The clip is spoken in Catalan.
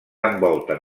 envolten